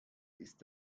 ist